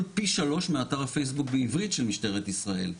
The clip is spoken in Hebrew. פי שלוש מאתר הפייסבוק בעברית של ישראל.